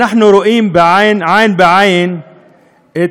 אנחנו רואים עין בעין את